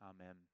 Amen